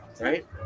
right